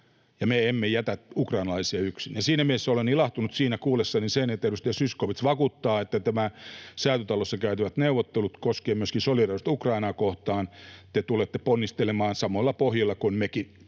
me emme jätä ukrainalaisia yksin. Siinä mielessä olen ilahtunut kuullessani sen, että edustaja Zyskowicz vakuuttaa, että nämä Säätytalossa käytävät neuvottelut koskevat myöskin solidaarisuutta Ukrainaa kohtaan. Te tulette ponnistelemaan samoilla pohjilla kuin mekin.